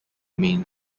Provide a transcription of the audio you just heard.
main